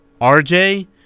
RJ